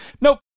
nope